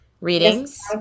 Readings